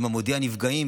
עם מודיע הנפגעים,